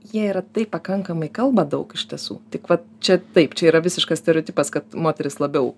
jie yra taip pakankamai kalba daug iš tiesų tik vat čia taip čia yra visiškas stereotipas kad moterys labiau